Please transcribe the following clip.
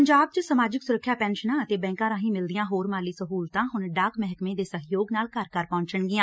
ਪੰਜਾਬ ਚ ਸਮਾਜਿਕ ਸੁਰੱਖਿਆ ਪੈਨਸ਼ਨਾਂ ਅਤੇ ਬੈਂਕਾਂ ਰਾਹੀਂ ਮਿਲਦੀਆਂ ਹੋਰ ਮਾਲੀ ਸਹੂਲਤਾਂ ਹੁਣ ਡਾਕ ਮਹਿਕਮੇ ਦੇ ਸਹਿਯੋਗ ਨਾਲ ਘਰ ਘਰ ਪਹੁੰਚਣਗੀਆਂ